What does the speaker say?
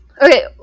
Okay